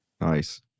Nice